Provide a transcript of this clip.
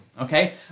okay